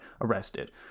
arrested